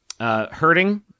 Hurting